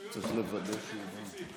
לשטויות שאתם מפיצים.